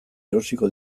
erosiko